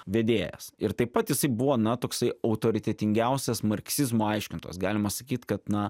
vedėjas ir taip pat jisai buvo na toksai autoritetingiausias marksizmo aiškintojas galima sakyt kad na